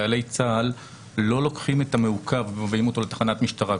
חיילי צה"ל לא לוקחים את המעוכב ומביאים אותו לתחנת משטרה,